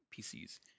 PCs